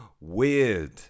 Weird